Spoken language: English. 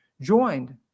joined